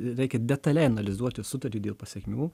reikia detaliai analizuoti sutartį dėl pasekmių